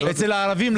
אצל הערבים,